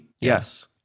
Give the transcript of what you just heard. yes